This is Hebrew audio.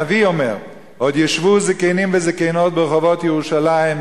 הנביא אומר: "עוד ישבו זקנים וזקנות ברחֹבות ירושלם,